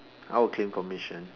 I will claim commission